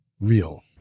real